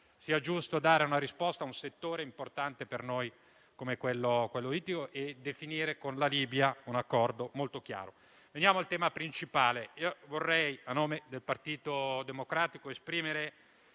È giusto dare una risposta a un settore per noi importante, come quello ittico, e definire con la Libia un accordo molto chiaro. Veniamo al tema principale. A nome del Partito Democratico, vorrei